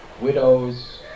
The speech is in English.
Widows